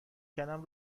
کلم